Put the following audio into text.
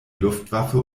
luftwaffe